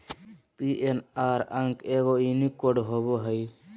PNR अंक एगो unique code होबो हइ